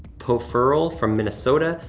poferl from minnesota,